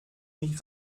mich